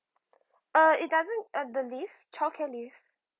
uh it doesn't I believe childcare leave